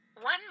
One